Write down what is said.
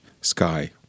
sky